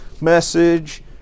message